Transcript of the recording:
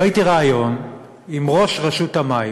ראיתי ריאיון עם ראש רשות המים